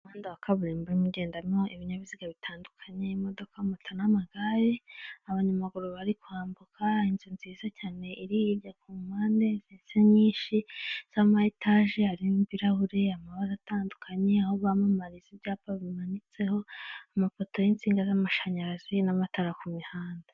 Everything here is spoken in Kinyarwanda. Umuhanda wa kaburimbo ugendamo ibinyabiziga bitandukanyemo, moto n'amagare, abanyamaguru bari kwambuka, inzu nziza cyane iri hirya ku mpande ndetse n'izindi nyinshi z'amataji. Hari ibirahure by'amabara atandukanye, aho bamamariza ibyapa bimanitseho amafoto y'insinga z'amashanyarazi n'amatara ku mihanda.